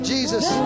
Jesus